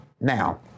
Now